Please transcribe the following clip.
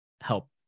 help